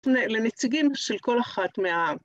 לנציגים של כל אחת מה...